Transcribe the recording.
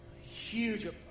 huge